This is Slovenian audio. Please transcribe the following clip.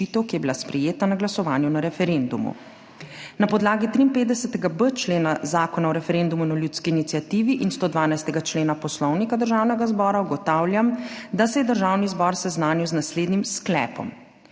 ki je bila sprejeta na glasovanju na referendumu. Na podlagi 53.b člena Zakona o referendumu in ljudski iniciativi in 112. člena Poslovnika Državnega zbora ugotavljam, da se je Državni zbor seznanil z naslednjim sklepom: